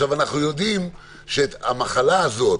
אנחנו יודעים שהמחלה הזו,